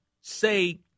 say